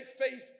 faith